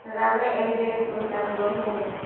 लेबै एक डेढ़ क्विण्टल गहूॅंम